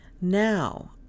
Now